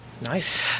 nice